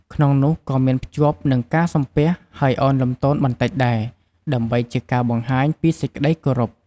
ក្នុងនោះក៏មានភ្ជាប់នឹងការសំពះហើយឱនលំទោនបន្តិចដែរ ដើម្បីជាការបង្ហាញពីសេចក្តីគោរព។